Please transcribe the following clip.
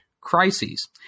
crises